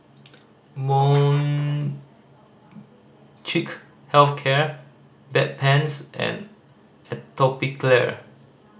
Molnylcke Health Care Bedpans and Atopiclair